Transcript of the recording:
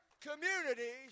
communities